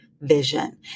vision